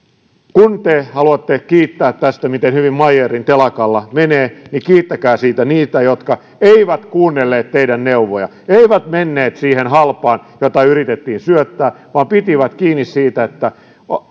kun te haluatte kiittää tästä miten hyvin meyerin telakalla menee niin kiittäkää siitä niitä jotka eivät kuunnelleet teidän neuvojanne eivät menneet siihen halpaan jota yritettiin syöttää vaan pitivät kiinni siitä että